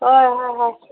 ꯍꯣꯏ ꯍꯣꯏ ꯍꯣꯏ